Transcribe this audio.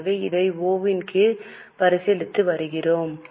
எனவே இதை ஒ இன் கீழ் பரிசீலித்து வருகிறோம்